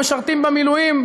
משרתים במילואים,